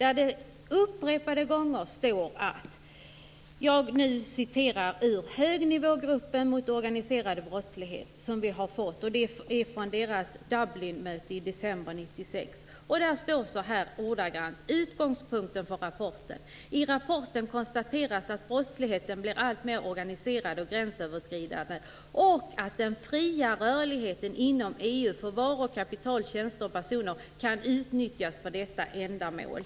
I den rapport från högnivågruppen mot organiserad brottslighet som vi har fått och som härrör från Dublinmötet i december 1996 står det så här: Utgångspunkten för rapporten. I rapporten konstateras att brottsligheten blir alltmer organiserad och gränsöverskridande och att den fria rörligheten inom EU för varor, kapital, tjänster och personer kan utnyttjas för detta ändamål.